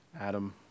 Adam